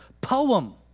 poem